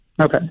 Okay